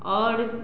आओर